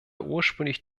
ursprünglich